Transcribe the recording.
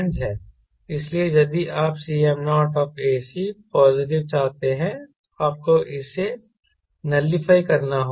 इसलिए यदि आप Cm0ac पॉजिटिव चाहते हैं तो आपको इसे नलिफाइ करना होगा